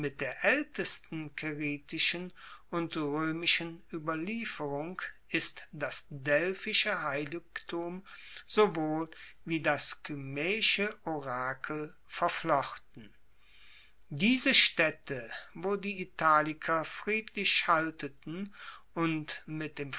der aeltesten caeritischen und roemischen ueberlieferung ist das delphische heiligtum sowohl wie das kymaeische orakel verflochten diese staedte wo die italiker friedlich schalteten und mit dem